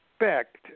expect